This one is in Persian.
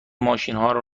ماشینارو